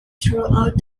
throughout